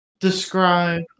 describe